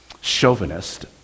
chauvinist